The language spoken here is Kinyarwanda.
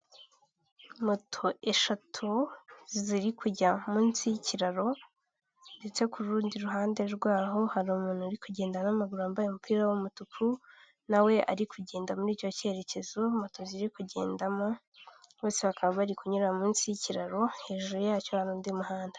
Moto eshatu ziri kujya munsi y'kiraro ndetse ku rundi ruhande rwaho, hari umuntu uri kugenda n'amaguru yambaye umupira w'umutuku, na we ari kugenda muri icyo kerekezo, moto ziri kugendamo bose bakaba bari kunyura munsi y'ikiraro, hejuru yacyo hari undi muhanda.